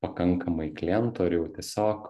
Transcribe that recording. pakankamai klientų ar jau tiesiog